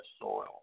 soil